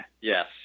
Yes